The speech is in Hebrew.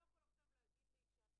לאישה,